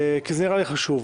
כי זה נראה לי חשוב,